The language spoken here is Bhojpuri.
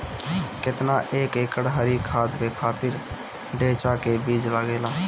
केतना एक एकड़ हरी खाद के खातिर ढैचा के बीज लागेला?